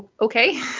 Okay